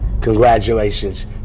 Congratulations